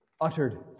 uttered